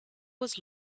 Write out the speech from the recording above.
was